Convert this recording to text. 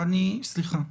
סליחה.